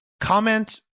comment